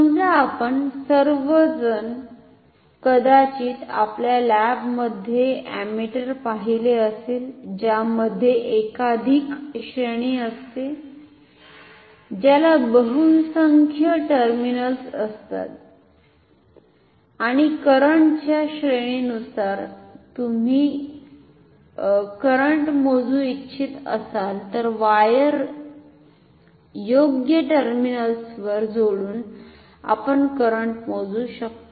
समजा आपण सर्व जण कदाचित आपल्या लॅबमध्ये अमीटर पाहिले असेल ज्यामध्ये एकाधिक श्रेणी असते ज्याला बहुसंख्य टर्मिनल्स असतात आणि करंटच्या श्रेणीनुसार तुम्ही करंट मोजू इच्छित असाल तर वायर योग्य टर्मिनल्सवर जोडुन आपण करंट मोजु शकतो